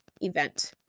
event